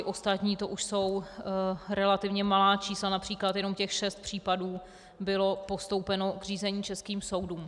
Ostatní jsou už relativně malá čísla, například jenom těch šest případů bylo postoupeno k řízení českým soudům.